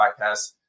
podcast